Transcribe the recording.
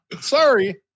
Sorry